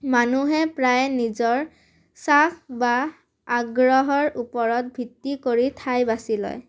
মানুহে প্ৰায় নিজৰ চখ বা আগ্ৰহৰ ওপৰত ভিত্তি কৰি ঠাই বাচি লয়